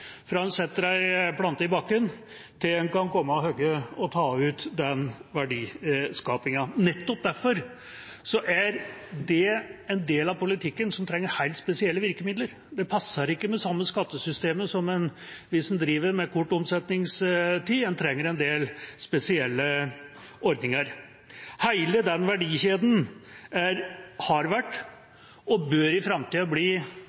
fra en setter en plante i bakken, til en kan hogge ned og ta ut verdiskapingen. Nettopp derfor er dette en del av politikken som trenger helt spesielle virkemidler. Det passer ikke med det samme skattesystemet som når en driver med kort omsetningstid. En trenger en del spesielle ordninger. Hele verdikjeden er, har vært og bør i framtida bli